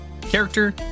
Character